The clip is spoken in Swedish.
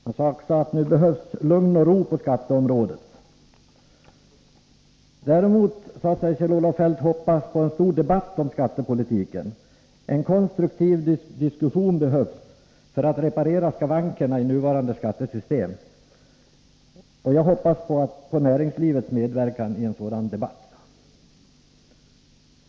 Han sade också att det nu behövs lugn och ro på skatteområdet. Däremot sade sig Kjell-Olof Feldt hoppas på en stor debatt om skattepolitiken. En konstruktiv diskussion behövs för att reparera skavankerna i nuvarande skattesystem, och jag hoppas på näringslivets medverkan i en sådan debatt, sade han.